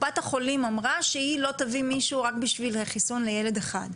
קופת החולים אמרה שהיא לא תביא מישהו רק בשביל חיסון לילד אחד.